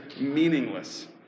meaningless